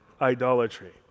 idolatry